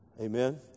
Amen